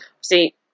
see